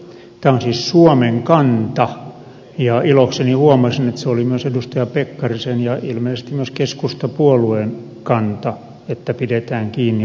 tämä on siis suomen kanta ja ilokseni huomasin että se oli myös edustaja pekkarisen ja ilmeisesti myös keskustapuolueen kanta että pidetään kiinni vakuusvaatimuksista